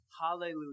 Hallelujah